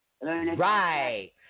Right